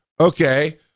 okay